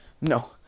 no